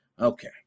Okay